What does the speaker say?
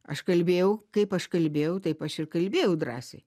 aš kalbėjau kaip aš kalbėjau taip aš ir kalbėjau drąsiai